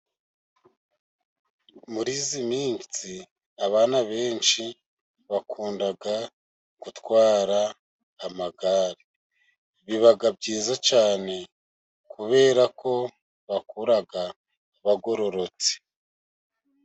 Muri iyi minsi abana benshi bakunda gutwara amagare biba byiza cyane kubera ko bakura bagororotse.